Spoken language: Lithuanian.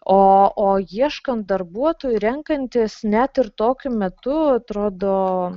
o o ieškant darbuotojų renkantis net ir tokiu metu atrodo